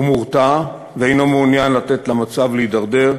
הוא מורתע, ואינו מעוניין לתת למצב להידרדר,